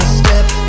step